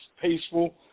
peaceful